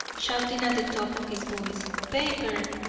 shouting at the top of his voice paper!